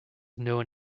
known